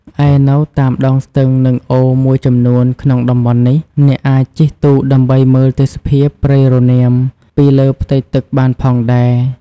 ឯនៅតាមដងស្ទឹង និងអូរមួយចំនួនក្នុងតំបន់នេះ អ្នកអាចជិះទូកដើម្បីមើលទេសភាពព្រៃរនាមពីលើផ្ទៃទឹកបានផងដែរ។